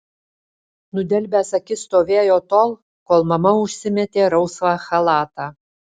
nudelbęs akis stovėjo tol kol mama užsimetė rausvą chalatą